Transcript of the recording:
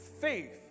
faith